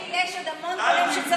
איזה, מה עם המשלוחים החיים?